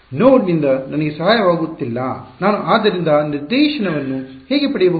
ನೋಡ್ ನಿಂದ ನನಗೆ ಸಹಾಯ ವಾಗುತ್ತಿಲ್ಲ ನಾನು ಅದರಿಂದ ನಿರ್ದೇಶನವನ್ನು ಹೇಗೆ ಪಡೆಯುವುದು